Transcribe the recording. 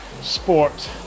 sport